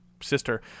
sister